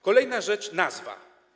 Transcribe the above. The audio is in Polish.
Kolejna rzecz - nazwa.